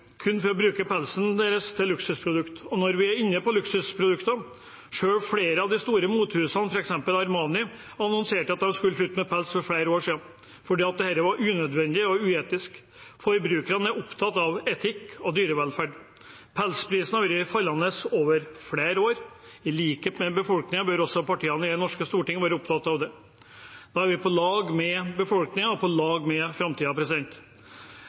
kun for å bruke pelsen deres til luksusprodukter. Når vi er inne på luksusprodukter: Selv flere av de store motehusene, f.eks. Armani, annonserte at de skulle slutte med pels for flere år siden, fordi det er unødvendig og uetisk. Forbrukerne er opptatt av etikk og dyrevelferd. Pelsprisen har vært fallende over flere år. I likhet med befolkningen bør også partiene i det norske storting være opptatt av dette. Da er vi på lag med befolkningen og på lag med